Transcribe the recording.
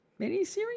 miniseries